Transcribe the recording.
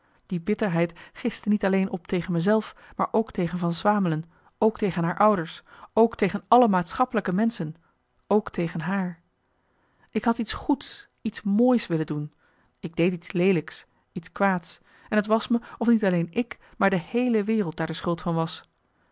die bitterheid gistte niet alleen op tegen me zelf maar ook tegen van swamelen ook tegen haar ouders ook tegen alle maatschappelijke menschen ook tegen haar ik had iets goeds iets moois willen doen ik deed iets leelijks iets kwaads en t was me of niet alleen ik maar de heele wereld daar de schuld van was